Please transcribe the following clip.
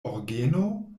orgeno